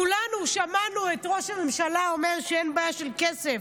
כולנו שמענו את ראש הממשלה אומר שאין בעיה של כסף.